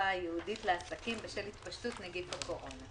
הייעודית לעסקים בשל התפשטות נגיף הקורונה.